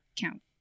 count